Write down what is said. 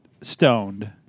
stoned